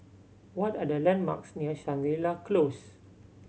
what are the landmarks near Shangri La Close